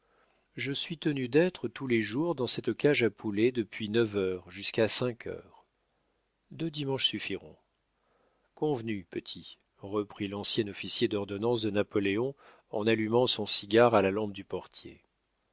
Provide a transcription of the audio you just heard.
je suis tenu d'être tous les jours dans cette cage à poulet depuis neuf heures jusqu'à cinq heures deux dimanches suffiront convenu petit reprit l'ancien officier d'ordonnance de napoléon en allumant son cigare à la lampe du portier